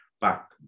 back